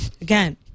again